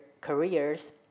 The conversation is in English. careers